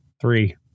three